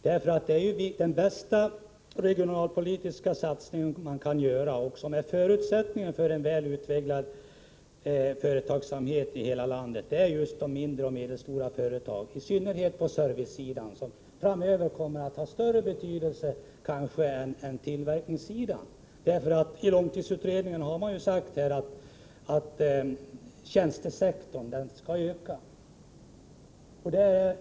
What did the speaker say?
Det är den bästa regionalpolitiska satsning man kan göra. Det är också en förutsättning för en väl utvecklad företagsamhet bland de mindre och medelstora företagen i landet, i synnerhet inom servicesektorn, som framöver kanske kommer att få större betydelse än tillverkningsföretagen. I långtidsutredningen sägs att tjänstesektorn skall öka.